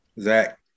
Zach